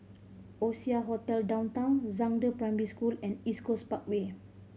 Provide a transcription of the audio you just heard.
Oasia Hotel Downtown Zhangde Primary School and East Coast Parkway